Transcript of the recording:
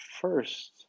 first